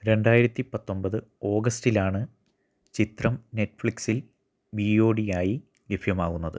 രണ്ടായിരത്തി പത്തൊമ്പത് ഓഗസ്റ്റിലാണ് ചിത്രം നെറ്റ്ഫ്ലിക്സിൽ വി ഓ ഡി യായി ലഭ്യമാകുന്നത്